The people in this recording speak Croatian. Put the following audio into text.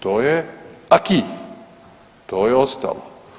To je aqi, to je ostalo.